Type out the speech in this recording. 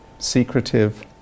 secretive